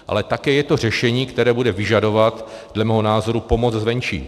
Ale také je to řešení, které bude vyžadovat dle mého názoru pomoc zvenčí.